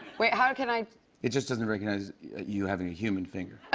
wait. how can i it just doesn't recognize you having a human finger.